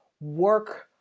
work